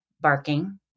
barking